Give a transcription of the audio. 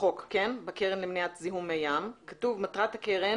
מהחוק בקרן למניעת זיהום מי ים כתוב: "מטרת הקרן